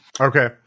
Okay